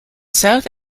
south